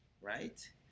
Right